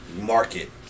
Market